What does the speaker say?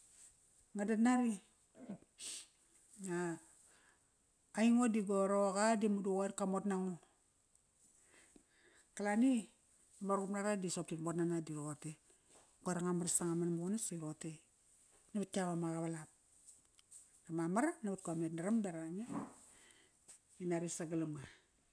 Nga dat nari aingo di go roqa di madu qoir kamot nango. Kalani, ma ruqup nara di sop tit motnana di roqote, qoir anga maras anga manmaqunas i roqote navat yap ama qavalap. Mamar navat ko metnaram beraqa nge ngi nari sagalam nga.